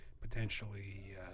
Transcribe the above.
potentially –